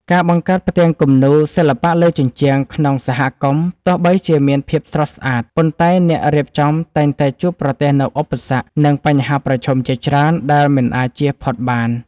ការបង្កើតផ្ទាំងគំនូរសិល្បៈលើជញ្ជាំងក្នុងសហគមន៍ ទោះបីជាមានភាពស្រស់ស្អាត ប៉ុន្តែអ្នករៀបចំតែងតែជួបប្រទះនូវឧបសគ្គ និងបញ្ហាប្រឈមជាច្រើនដែលមិនអាចជៀសផុតបាន។